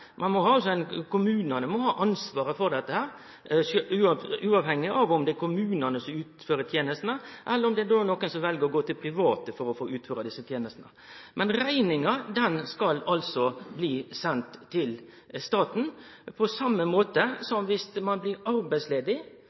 Kommunane må ha ansvaret for dette, uavhengig av om det er kommunane som utfører tenestene, eller om det er nokon som vel å gå til private for å få utført desse tenestene. Men rekninga skal altså bli send til staten, på same måten som dersom ein blir